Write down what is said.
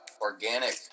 organic